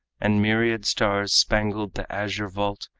and myriad stars spangled the azure vault,